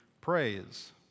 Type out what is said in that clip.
praise